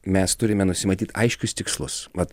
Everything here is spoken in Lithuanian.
mes turime nusimatyt aiškius tikslus vat